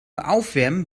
aufwärmen